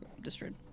Destroyed